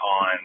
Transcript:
on